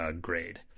grade